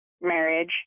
marriage